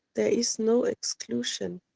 there is no exclusion.